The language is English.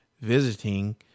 visiting